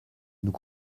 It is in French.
nous